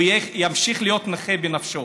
הוא ימשיך להיות נכה בנפשו.